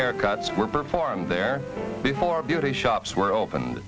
haircuts were performed there before beauty shops were open